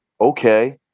Okay